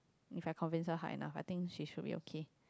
if I convince her hard enough I think she should be okay